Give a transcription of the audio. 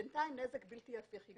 בינתיים נגרם נזק בלתי הפיך.